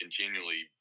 continually